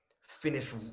finish